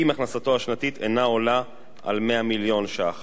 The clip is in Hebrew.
אם הכנסתו השנתית אינה עולה על 100 מיליון ש"ח,